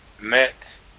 met